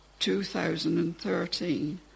2013